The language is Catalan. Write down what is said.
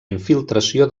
infiltració